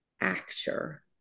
actor